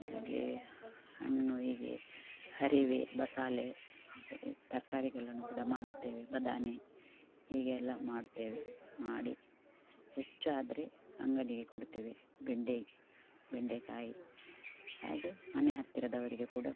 ಹಾಗೆ ಹಣ್ಣು ಇವೆ ಹರಿವೆ ಬಸಲೆ ತರ್ಕಾರಿಗಳನ್ನು ಕೂಡ ಮಾಡುತ್ತೇವೆ ಬದನೆ ಹೀಗೆ ಎಲ್ಲ ಮಾಡುತ್ತೇವೆ ಮಾಡಿ ಹೆಚ್ಚಾದರೆ ಅಂಗಡಿಗೆ ಕೊಡುತ್ತೇವೆ ಬೆಂಡೆ ಬೆಂಡೆಕಾಯಿ ಹಾಗೆ ಮನೆ ಹತ್ತಿರದವರಿಗೆ ಕೂಡ